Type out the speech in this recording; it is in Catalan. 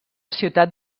ciutat